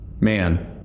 man